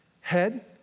head